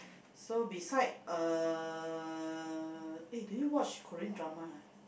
so beside uh eh do you watch Korean drama ha